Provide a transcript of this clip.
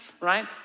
right